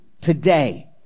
today